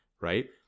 right